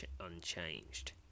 unchanged